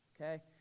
okay